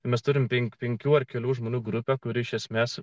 mes turime pen penkių ar kelių žmonių grupę kuri iš esmės